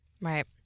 Right